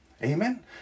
Amen